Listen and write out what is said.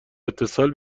اتصال